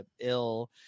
ill